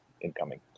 incoming